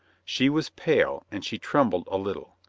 she was pale, and she trembled a little.